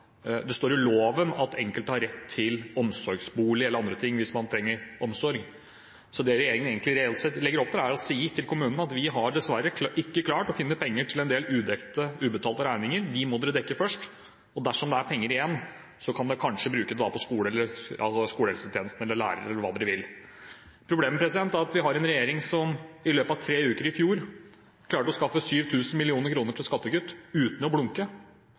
Det står i loven at enkelte har rett til omsorgsbolig eller andre ting hvis man trenger omsorg. Det som regjeringen reelt sett legger opp til, er å si til kommunene at regjeringen dessverre ikke har klart å finne penger til en del ubetalte regninger, så de må dere dekke først – og dersom det er penger igjen, kan det kanskje brukes på skolehelsetjenesten, eller lærere, eller hva dere vil. Problemet er at vi har en regjering som i løpet av tre uker i fjor klarte å skaffe 7 000 mill. kr til skattekutt uten å blunke,